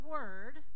Word